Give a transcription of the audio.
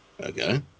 Okay